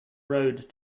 road